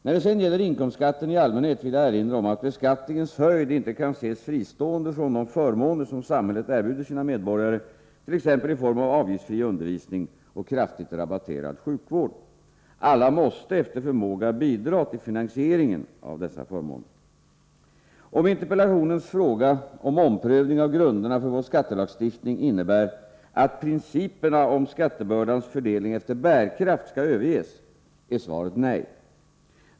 När det sedan gäller inkomstskatten i allmänhet vill jag erinra om att beskattningens höjd inte kan ses fristående från de förmåner som samhället erbjuder sina medborgare, t.ex. i form av avgiftsfri undervisning och kraftigt rabatterad sjukvård. Alla måste efter förmåga bidra till finansieringen av dessa förmåner. Om interpellationens fråga om omprövning av grunderna för vår skattelagstiftning innebär att principerna om skattebördans fördelning efter bärkraft skall överges, är svaret nej.